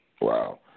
Wow